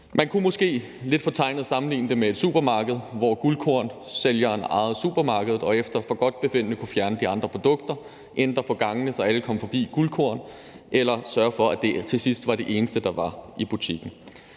Man kunne måske lidt fortegnet sammenligne det med et supermarked, hvor Guldkornsælgeren ejede supermarkedet og efter forgodtbefindende kunne fjerne de andre produkter og flytte rundt på gangene, så alle kom forbi æskerne med Guldkorn, eller sørge for, at det til sidst var det eneste, der var i butikken.